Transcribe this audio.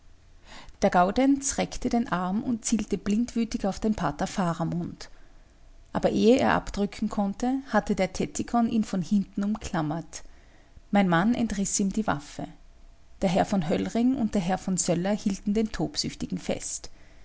der gaudenz reckte den arm und zielte blindwütig auf den pater faramund aber ehe er abdrücken konnte hatte der tettikon ihn von hinten umklammert mein mann entriß ihm die waffe der herr von höllring und der herr von söller hielten den tobsüchtigen fest